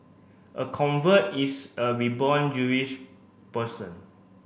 a convert is a reborn Jewish person